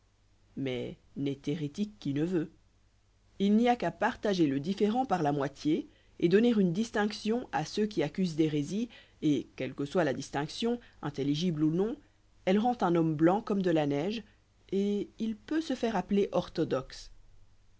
mais n'est hérétique qui ne veut il n'y a qu'à partager le différend par la moitié et donner une distinction à ceux qui accusent d'hérésie et quelle que soit la distinction intelligible ou non elle rend un homme blanc comme de la neige et il peut se faire appeler orthodoxe